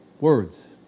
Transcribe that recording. Words